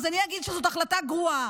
אז אני אגיד שזאת החלטה גרועה.